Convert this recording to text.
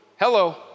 hello